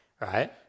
right